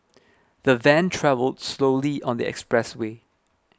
the van travelled slowly on the expressway